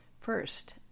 First